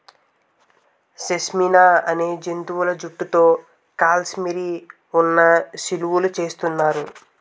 షష్మినా అనే జంతువుల జుట్టుతో కాశ్మిరీ ఉన్ని శాలువులు చేస్తున్నారు